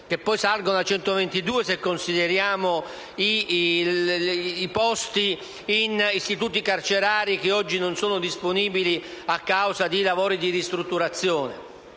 che poi salgono a 122 se consideriamo i posti in istituti carcerari che oggi non sono disponibili a causa di lavori di ristrutturazione.